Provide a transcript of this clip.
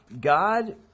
God